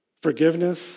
Forgiveness